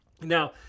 Now